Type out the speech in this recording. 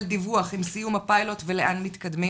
דיווח עם סיום הפיילוט ולאן מתקדמים.